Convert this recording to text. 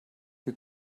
you